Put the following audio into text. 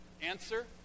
Answer